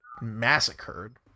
massacred